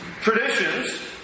traditions